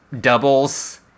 doubles